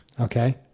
okay